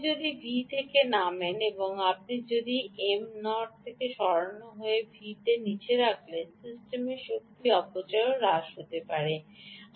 আপনি যদি V থেকে নামেন তবে V তে নিচে রাখলে সিস্টেমের শক্তি অপচয়ও হ্রাস পেতে থাকে